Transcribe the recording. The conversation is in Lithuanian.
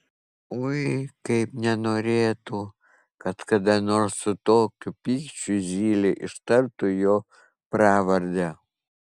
oi kaip nenorėtų kad kada nors su tokiu pykčiu zylė ištartų jo pravardę